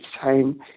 time